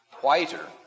Whiter